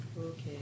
Okay